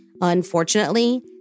Unfortunately